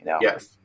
Yes